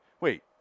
wait